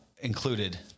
included